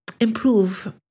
improve